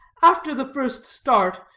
after the first start,